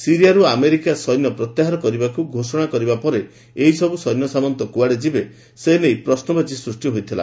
ସିରିଆରୁ America ସୈନ୍ୟ ପ୍ରତ୍ୟାହାର କରିବାକୁ ଘୋଷଣା କରିବା ପରେ ଏହି ସବୁ ସୈନ୍ୟସାମନ୍ତ କୁଆଡ଼େ ଯିବେ ସେ ନେଇ ପ୍ରଶ୍ନବାଚୀ ସୃଷ୍ଟି ହୋଇଥିଲା